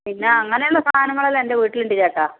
പിന്നെ അങ്ങനെയുള്ള സാധനങ്ങളെല്ലാം എന്റെ വീട്ടിലുണ്ട് ചേട്ടാ